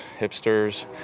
hipsters